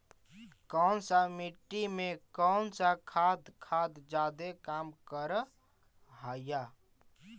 कौन सा मिट्टी मे कौन सा खाद खाद जादे काम कर हाइय?